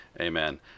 Amen